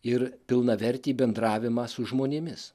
ir pilnavertį bendravimą su žmonėmis